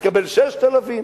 תקבל 6,000,